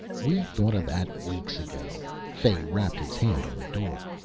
we thought of that weeks ago, fay rapped, his hand on the door.